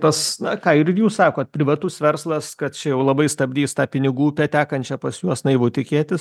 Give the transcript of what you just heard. tas na ką ir jūs sakot privatus verslas kad čia jau labai stabdys tą pinigų upę tekančią pas juos naivu tikėtis